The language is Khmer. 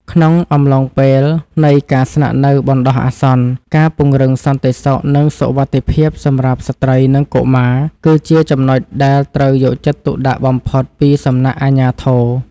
ក្នុងអំឡុងពេលនៃការស្នាក់នៅបណ្តោះអាសន្ន ការពង្រឹងសន្តិសុខនិងសុវត្ថិភាពសម្រាប់ស្ត្រីនិងកុមារ គឺជាចំណុចដែលត្រូវយកចិត្តទុកដាក់បំផុតពីសំណាក់អាជ្ញាធរ។